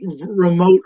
remote